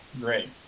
great